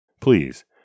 Please